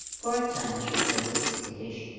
for a time she was a little skittish,